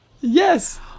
Yes